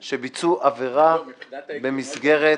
אנחנו מדברים כרגע על אנשים שביצעו עבירה במסגרת